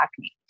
acne